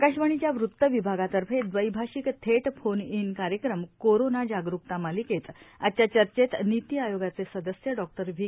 आकाशवाणीच्या वृतविभागातर्फे दवैभाषिक थेट फोन इन कार्यक्रम कोरोना जाग़कता मालिके त आजच्या चर्चेत नीती आयोगाचे सदस्य डॉक्टर व्ही